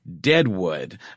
Deadwood